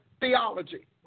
theology